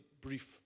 brief